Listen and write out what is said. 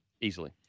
Easily